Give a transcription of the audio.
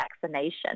vaccination